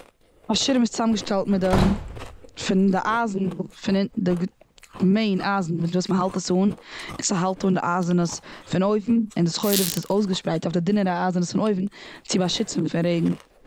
א שירעם איז צוזאמגעשטעלט מיט די, פון די אייזן פון די מעין אייזן מיט וואס מ'האלט עס אן. און ס'האלט אן די אייזענעס פון אויבן, און די סחורה וואס איז אויסגעשפרייט אויף די דינערע אייזענעס פון אויבן, צו באשיצן פון רעגן.